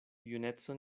juneco